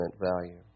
value